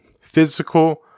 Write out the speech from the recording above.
physical